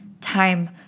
time